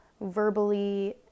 verbally